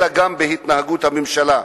אלא גם בהתנהגות הממשלה,